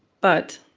but